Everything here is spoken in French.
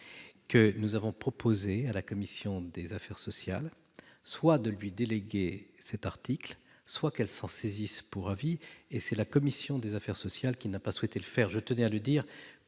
que nous avons proposé à la commission des affaires sociales, soit de lui déléguer cet article soit qu'elle s'en saisisse pour avis et c'est la commission des affaires sociales qui n'a pas souhaité le faire, je tenais à le dire